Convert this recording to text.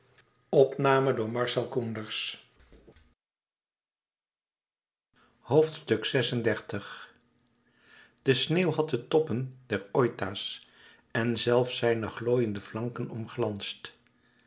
de sneeuw had de toppen des oita's en zelfs zijne glooiende flanken omglansd